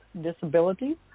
disabilities